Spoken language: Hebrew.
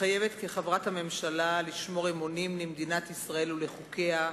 מתחייבת כחברת הממשלה לשמור אמונים למדינת ישראל ולחוקיה,